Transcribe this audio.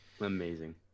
Amazing